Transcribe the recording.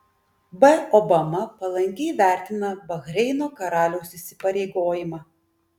b obama palankiai vertina bahreino karaliaus įsipareigojimą